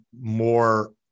more